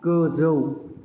गोजौ